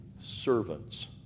servants